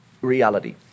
reality